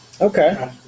Okay